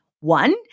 One